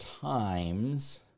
times